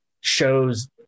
shows